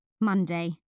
Monday